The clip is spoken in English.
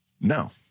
No